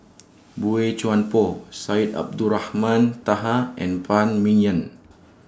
Boey Chuan Poh Syed Abdulrahman Taha and Phan Ming Yen